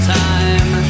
time